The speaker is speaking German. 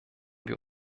wir